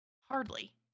Hardly